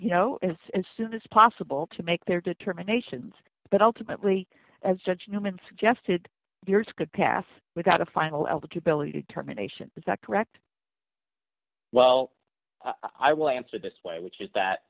you know as soon as possible to make their determinations but ultimately as judge newman suggested viewers could pass without a final altitude billy determination is that correct well i will answer this way which is that